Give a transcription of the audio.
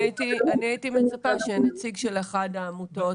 אני הייתי מצפה שהנציג של אחת העמותות,